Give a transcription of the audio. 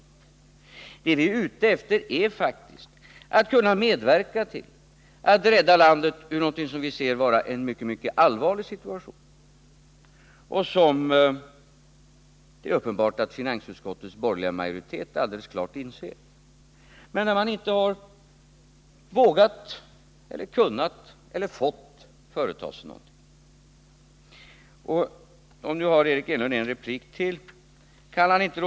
Men det vi är ute efter är faktiskt att kunna medverka till att rädda landet ur någonting som vi anser vara en mycket allvarlig situation, en situation som finansutskottets borgerliga majoritet alldeles klart inser, fastän den inte har vågat, kunnat eller fått företa sig någonting. Nu har Eric Enlund en replik till.